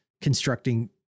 constructing